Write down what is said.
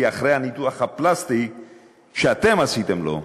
כי אחרי הניתוח הפלסטי שאתם עשיתם לו,